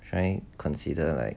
should I consider like